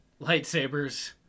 lightsabers